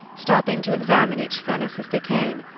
stopping to examine each furnace as they came.